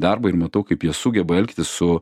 darbą ir matau kaip sugeba elgtis su